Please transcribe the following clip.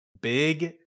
big